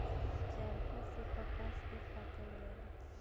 चरखा से कपास के कातल जाला